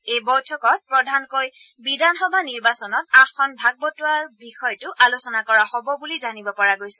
এই বৈঠকত প্ৰধানকৈ বিধানসভা নিৰ্বাচনত আসন ভাগ বটোৱাৰাৰ বিষয়টো আলোচনা কৰা হ'ব বুলি জানিব পৰা গৈছে